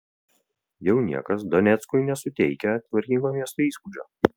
jau niekas doneckui nesuteikia tvarkingo miesto įspūdžio